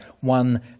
One